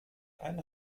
ein